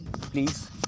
please